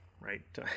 Right